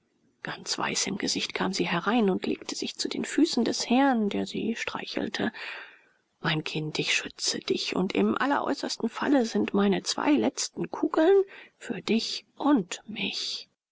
ganz weiß im gesicht kam sie herein und legte sich zu den füßen des herrn der sie streichelte mein kind ich schütze dich und im alleräußersten falle sind meine zwei letzten kugeln für dich und mich